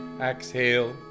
Exhale